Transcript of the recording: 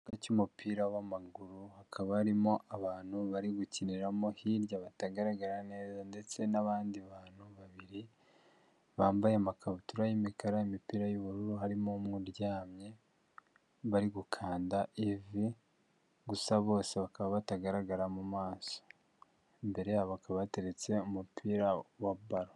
Icyubuga cy'umupira w'amaguru hakaba harimo abantu bari gukiniramo, hirya batagaragara neza ndetse n'abandi bantu babiri bambaye amakabutura y'imikara, imipira y'ubururu harimo umwe uryamye, bari gukanda ivi gusa bose bakaba batagaragara mu maso, imbere yabo hakaba hateretse umupira wa baro.